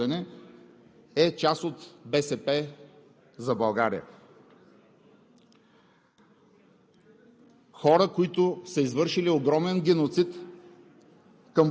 Това всичко, уважаеми колеги, ми е припомнено от българските граждани, и е част от „БСП за България“.